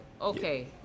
Okay